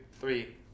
three